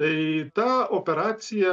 tai ta operacija